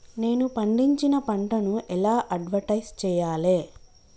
నేను పండించిన పంటను ఎలా అడ్వటైస్ చెయ్యాలే?